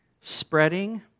spreading